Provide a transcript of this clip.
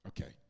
Okay